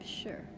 Sure